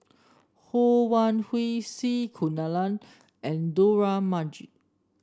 Ho Wan Hui C Kunalan and Dollah Majid